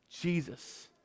Jesus